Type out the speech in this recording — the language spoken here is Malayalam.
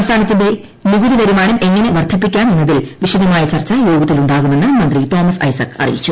സംസ്ഥാനത്തിന്റെ നികുതി വരുമാനം എങ്ങനെ വർദ്ധിപ്പിക്കാമെന്നതിൽ വിശദമായ ചർച്ച യോഗത്തിലുണ്ടാകുമെന്ന് മന്ത്രി തോമസ് ഐസക് അറിയിച്ചു